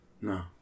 No